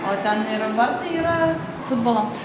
o ten ir vartai yra futbolo